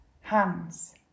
hands